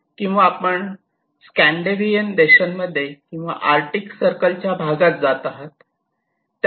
किंवा आपण स्कॅन्डिनेव्हियन देशांमध्ये किंवा आर्क्टिक सर्कलच्या भागात जात आहात